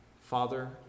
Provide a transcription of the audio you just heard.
Father